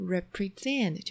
Represent